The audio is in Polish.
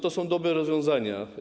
To są dobre rozwiązania.